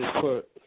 put